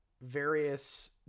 various